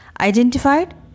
identified